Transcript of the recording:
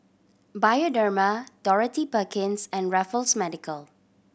Bioderma Dorothy Perkins and Raffles Medical